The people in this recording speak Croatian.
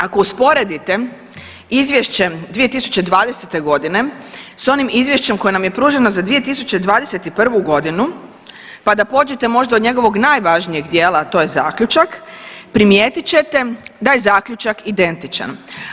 Ako usporedite izvješće 2020. godine s onim izvješćem koje nam je pruženo za 2021. godinu pa da pođete možda od njegovog najvažnijeg dijela, a to je zaključak primijetit ćete da je zaključak identičan.